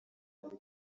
bitaro